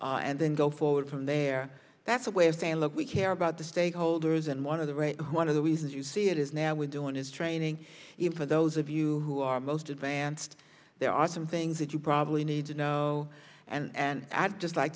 system and then go forward from there that's a way of saying look we care about the stakeholders and one of the right one of the reasons you see it is now we're doing is training even for those of you who are most advanced there are some things that you probably need to know and i'd just like